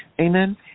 Amen